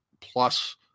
plus